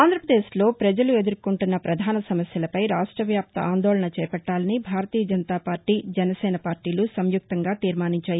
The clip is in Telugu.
ఆంధ్రప్రదేశ్లో ప్రజలు ఎదుర్కొంటున్న పధాన సమస్యలపై రాష్ట వ్యాప్త ఆందోళన చేపట్టాలని భారతీయ జనతా పార్టీ జనసేన పార్టీలు సంయుక్తంగా తీర్మానించాయి